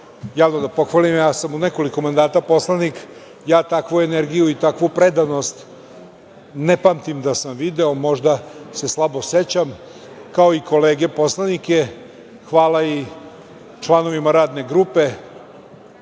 javno da pohvalim. Ja sam već nekoliko mandata poslanik, ja takvu energiju i takvu predanost ne pamtim da sam video, možda se slabo sećam, kao i kolege poslanike. Hvala i članovima Radne grupe,